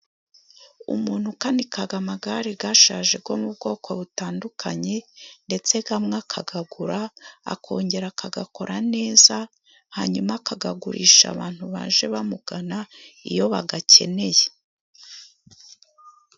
Umuntu ukanikaga amagare gashaje go mu bwoko butandukanye ndetse kamwe akagagura akongera akagakora neza, hanyuma akagagurisha abantu baje bamugana iyo bagakeneye.